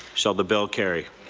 shall the bill carry?